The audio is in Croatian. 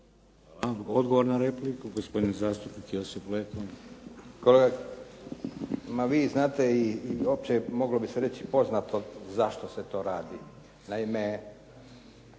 Odgovor na repliku, gospodin zastupnik Josip Leko. **Leko, Josip (SDP)** Ma vi znate i opće moglo bi se reći i poznato zašto se to radi. Naime,